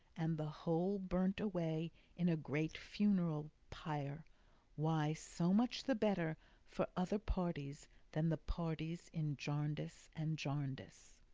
and the whole burnt away in a great funeral pyre why so much the better for other parties than the parties in jarndyce and jarndyce!